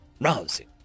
Rousing